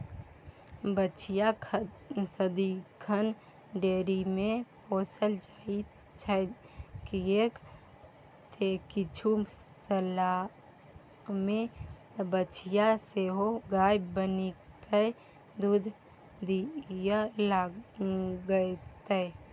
बछिया सदिखन डेयरीमे पोसल जाइत छै किएक तँ किछु सालमे बछिया सेहो गाय बनिकए दूध दिअ लागतै